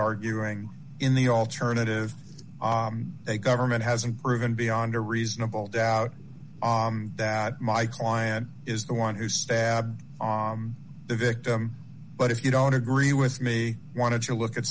arguing in the alternative the government hasn't proven beyond a reasonable doubt that my client is the one who stabbed the victim but if you don't agree with me want to look at